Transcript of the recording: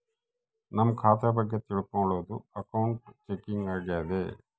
ನಮ್ ಖಾತೆ ಬಗ್ಗೆ ತಿಲ್ಕೊಳೋದು ಅಕೌಂಟ್ ಚೆಕಿಂಗ್ ಆಗ್ಯಾದ